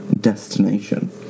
destination